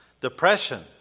depression